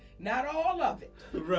not all of it,